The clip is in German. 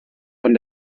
von